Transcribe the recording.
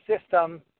system